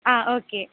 ஆ okay